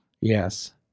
Yes